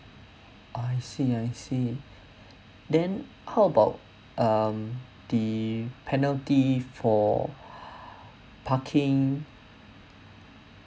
I see I see then how about um the panalty for parking